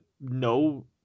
no